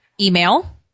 email